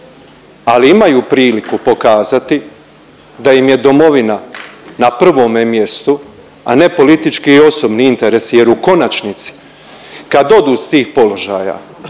ali imaju priliku pokazati da im je domovina na prvome mjestu, a ne politički i osobni interesi jer u konačnici kad odu s tih položaja,